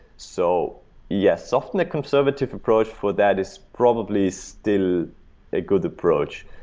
so yes, often, a conservative approach for that is probably still a good approach.